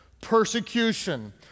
persecution